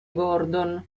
gordon